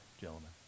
gentlemen